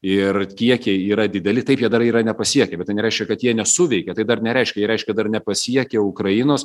ir kiekiai yra dideli taip jie dar yra nepasiekiami tai nereiškia kad jie nesuveikė tai dar nereiškia jie reiškia dar nepasiekė ukrainos